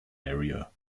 area